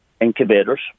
incubators